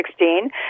2016